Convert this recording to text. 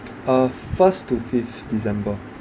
uh first to fifth december